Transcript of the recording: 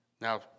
Now